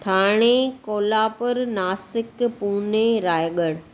Thane Kolhapur Nashik Pune Raigad